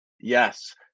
Yes